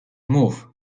mów